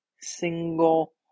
single